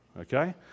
okay